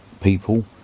people